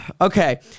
okay